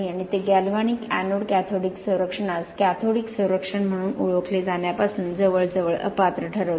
आणि ते galvanic anode cathodic संरक्षणास कॅथोडिक संरक्षण म्हणून ओळखले जाण्यापासून जवळजवळ अपात्र ठरवते